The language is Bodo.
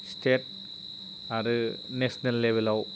स्टेट आरो नेसनेल लेभेलआव